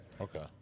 Okay